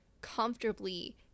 comfortably